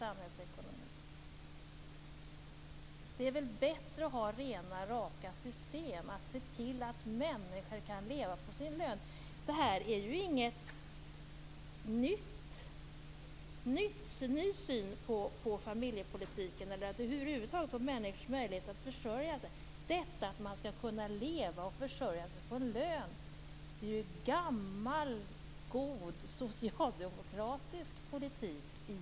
Det är bättre att ha rena och raka system och se till att människor kan leva på sin lön. Detta är ingen ny syn på familjepolitiken eller på människors möjlighet att försörja sig över huvud taget. Att man skall kunna leva och försörja sig på en lön är från början egentligen gammal god socialdemokratisk politik.